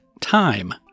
TIME